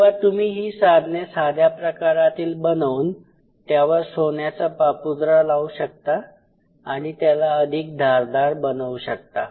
किंवा तुम्ही ही साधने साध्या प्रकारातील बनवून त्यावर सोन्याचा पापुद्रा लावू शकता आणि त्याला अधिक धारदार बनवू शकतात